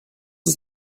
ist